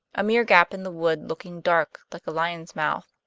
a mere gap in the wood, looking dark, like a lion's mouth.